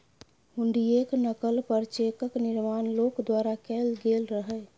हुंडीयेक नकल पर चेकक निर्माण लोक द्वारा कैल गेल रहय